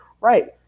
right